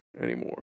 anymore